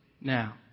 Now